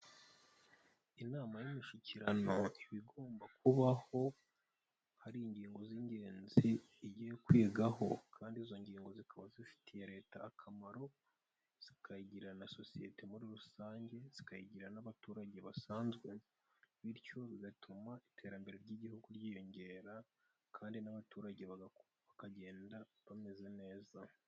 Inama y'umushyikirano iba igomba kubaho hari ingingo z'ingenzi igiye kwigaho, kandi izo ngingo zikaba zifitiye leta akamaro zikayigirira na sosiyete muri rusange, zikayigira n'abaturage basanzwe, bityo bigatuma iterambere ry'igihugu ryiyongera kandi n'abaturage bakagenda bameze neza.